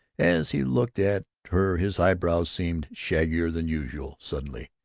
as he looked at her his eyebrows seemed shaggier than usual. suddenly